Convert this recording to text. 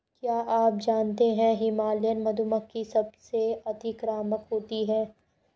क्या आप जानते है हिमालयन मधुमक्खी सबसे अतिक्रामक होती है?